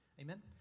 amen